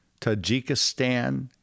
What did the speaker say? tajikistan